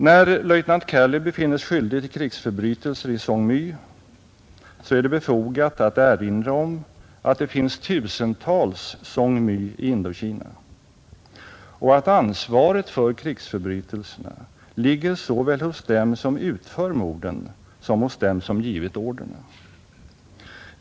När löjtnant Calley befinnes skyldig till krigsförbrytelser i Song My, så är det befogat att erinra om att det finns tusentals Song My i Indokina och att ansvaret för krigsförbrytelserna ligger såväl hos dem som utför morden som hos dem som givit orderna.